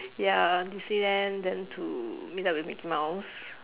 ya disneyland then to meet up with mickey-mouse